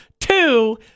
Two